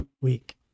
week